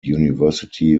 university